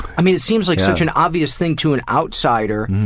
i mean, it seems like such an obvious thing to an outsider.